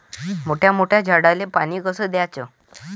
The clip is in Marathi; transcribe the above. मोठ्या मोठ्या झाडांले पानी कस द्याचं?